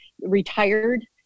retired